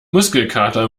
muskelkater